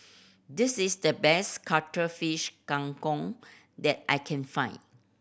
this is the best Cuttlefish Kang Kong that I can find